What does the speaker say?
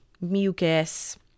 mucus